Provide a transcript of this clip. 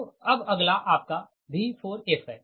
तो अब अगला आपका V4f है